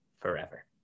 forever